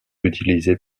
utilisées